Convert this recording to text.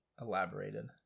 elaborated